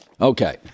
Okay